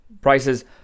prices